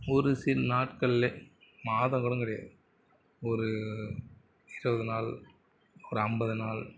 ஒரு சில நாட்களிலே மாதம்கூட கிடையாது ஒரு இருபது நாள் ஒரு ஐம்பது நாள்